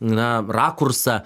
na rakursą